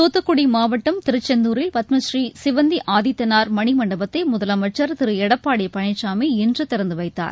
துத்துக்குடி மாவட்டம் திருச்செந்தூரில் பத்மபுறீ சிவந்தி ஆதித்தனார் மனிமண்டபத்தை முதலமைச்சர் திரு எடப்பாடி பழனிசாமி இன்று திறந்து வைத்தார்